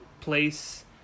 place